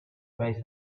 base